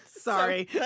Sorry